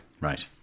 Right